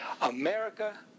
America